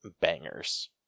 bangers